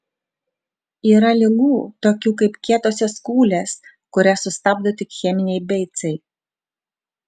yra ligų tokių kaip kietosios kūlės kurias sustabdo tik cheminiai beicai